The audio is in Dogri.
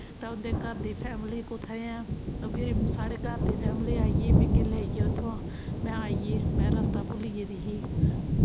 ते उं'दे घर दी फैमली कुत्थें ऐं फिर साढ़े घर दी फैमली आई गेई मिकी लेई गे उत्थां में आई गेई में रस्ता भुल्ली गेदी ही